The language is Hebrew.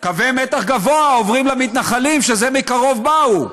קווי מתח גבוה עוברים למתנחלים שזה מקרוב באו,